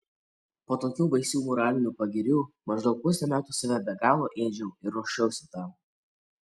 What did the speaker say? po tokių baisių moralinių pagirių maždaug pusę metų save be galo ėdžiau ir ruošiausi tam